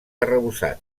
arrebossat